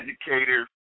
educators